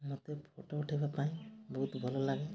ମୋତେ ଫଟୋ ଉଠେଇବା ପାଇଁ ବହୁତ ଭଲଲାଗେ